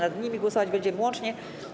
Nad nimi głosować będziemy łącznie.